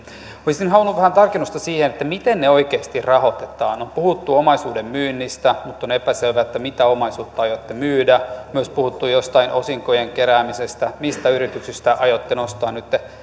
olisin halunnut vähän tarkennusta siihen miten ne oikeasti rahoitetaan on puhuttu omaisuuden myynnistä mutta on epäselvää mitä omaisuutta aiotte myydä on myös puhuttu jostain osinkojen keräämisestä mistä yrityksistä aiotte nostaa nytten